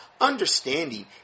understanding